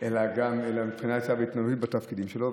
לא מבחינה אישית אלא מבחינת התפקידים שלו,